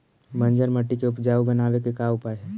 बंजर मट्टी के उपजाऊ बनाबे के का उपाय है?